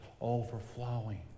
overflowing